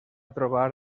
trobar